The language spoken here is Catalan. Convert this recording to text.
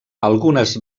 algunes